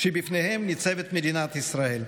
שבפניהם ניצבת מדינת ישראל.